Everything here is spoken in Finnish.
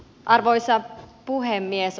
arvoisa puhemies